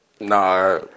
Nah